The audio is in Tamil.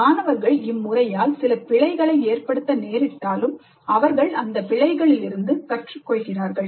மாணவர்கள் இம்முறையால் சில பிழைகளை ஏற்படுத்த நேரிட்டாலும் அவர்கள் அந்த பிழைகளிலிருந்து கற்றுக்கொள்கிறார்கள்